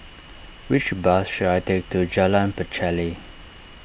which bus should I take to Jalan Pacheli